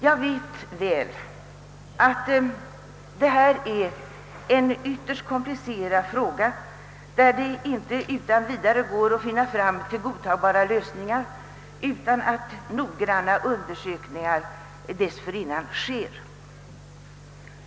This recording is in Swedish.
Jag vet, att detta är en ytterst komplicerad fråga, på vilken man inte kan finna godtagbara lösningar utan att först noggrant utreda frågan.